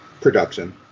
Production